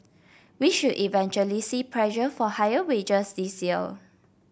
we should eventually see pressure for higher wages this year